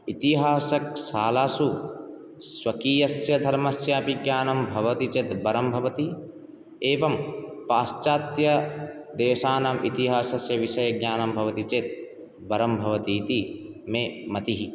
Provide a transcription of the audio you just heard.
इतिहासशालासु स्वकीयस्य धर्मस्यापि ज्ञानं भवति चेत् वरं भवति एवं पाश्चात्यदेशानाम् इतिहासस्य विषये ज्ञानं भवति चेत् वरं भवतीति मे मतिः